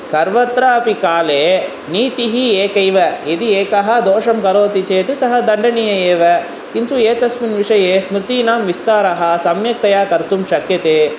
सर्वत्रापि काले नीतिः एकैव यदि एकं दोषं करोति चेत् सः दण्डनीयः एव किन्तु एतस्मिन् विषये स्मृतीनां विस्तारः सम्यक्तया कर्तुं शक्यते